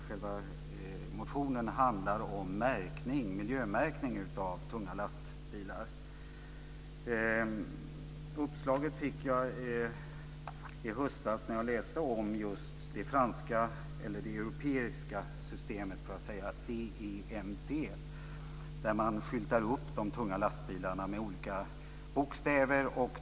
Själva motionen handlar om miljömärkning av tunga lastbilar. Uppslaget fick jag i höstas när jag läste om det europeiska systemet CEMT, där man skyltar upp de tunga lastbilarna med olika bokstäver.